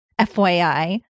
FYI